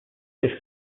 this